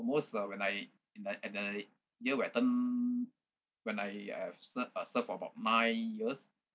most uh when I in I in a year when I turn when I have serv~ uh served for about nine years